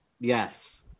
Yes